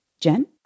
Jen